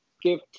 Give